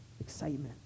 excitement